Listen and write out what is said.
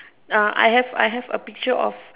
I have a picture of